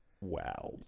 Wow